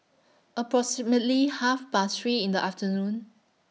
approximately Half Past three in The afternoon